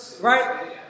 Right